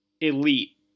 elite